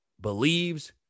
believes